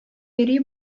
йөри